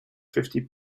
fifty